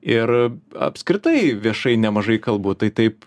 ir apskritai viešai nemažai kalbu tai taip